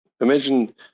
imagine